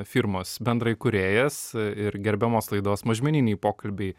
firmos bendraįkūrėjas ir gerbiamos laidos mažmeniniai pokalbiai